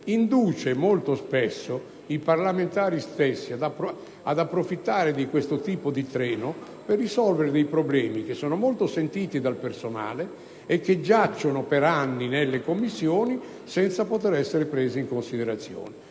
induce, molto spesso, i parlamentari stessi ad approfittare di questo tipo di treno per risolvere problemi molto avvertiti dal personale e che giacciono per anni nelle Commissioni senza poter essere presi in considerazione.